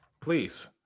Please